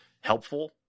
helpful